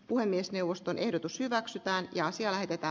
puhemiesneuvoston ehdotus hyväksytään ja asian heti pää